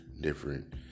different